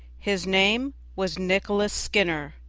his name was nicholas skinner,